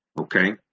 okay